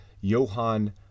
Johan